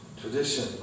tradition